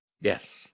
yes